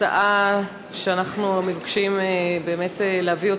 ההצעה שאנחנו מבקשים להביא,